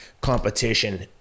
competition